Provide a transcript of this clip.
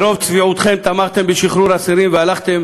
ברוב צביעותכם תמכתם בשחרור אסירים והלכתם